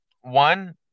One